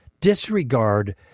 disregard